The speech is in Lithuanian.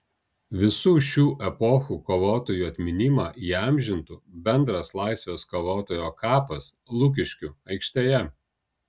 visų šių epochų kovotojų atminimą įamžintų bendras laisvės kovotojo kapas lukiškių aikštėje